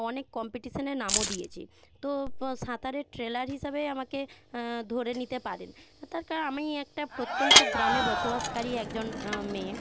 অনেক কম্পিটিশনে নামও দিয়েছি তো সাঁতারের ট্রেলার হিসাবে আমাকে ধরে নিতে পারেন তার কারণ আমি একটা প্রত্যন্ত গ্রামে বসবাসকারী একজন মেয়ে